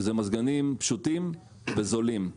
זה מזגנים פשוטים וזולים.